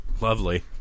Lovely